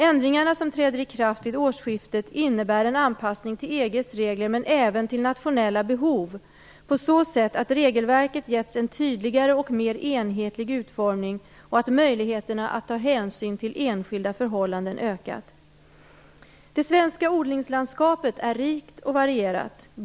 Ändringarna, som träder i kraft vid årsskiftet, innebär en anpassning till EG:s regler men även till nationella behov på så sätt att regelverket getts en tydligare och mer enhetlig utformning och att möjligheterna att ta hänsyn till enskilda förhållanden ökat. Det svenska odlingslandskapet är rikt och varierat.